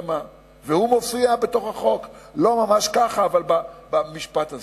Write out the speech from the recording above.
והוא מופיע בתוך החוק, לא ממש ככה, אבל המשפט הזה.